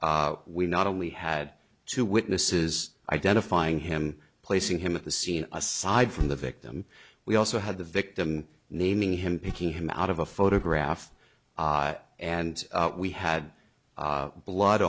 we not only had two witnesses identifying him placing him at the scene aside from the victim we also had the victim naming him picking him out of a photograph and we had blood